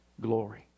glory